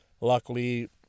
luckily